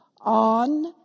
on